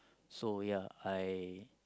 so ya I